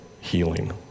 healing